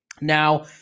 Now